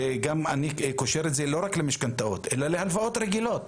ואני קושר את זה לא רק למשכנתאות אלא להלוואות רגילות.